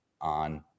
on